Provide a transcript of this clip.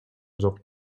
жок